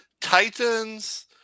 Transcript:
Titans